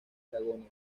dragones